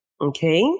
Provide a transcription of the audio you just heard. okay